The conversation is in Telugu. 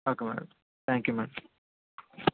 okay madam thank you madam